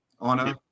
Honor